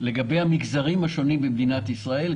לגבי המגזרים השונים במדינת ישראל,